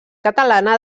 catalana